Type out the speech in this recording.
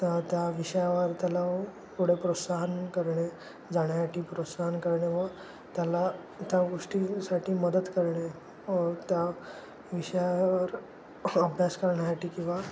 त्या त्या विषयावर त्याला पुढे प्रोत्साहन करणे जाण्यासाठी प्रोत्साहन करणे व त्याला त्या गोष्टींसाठी मदत करणे त्या विषयावर अभ्यास करण्यासाठी किंवा